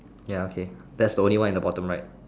ya okay that's the only one in the bottom right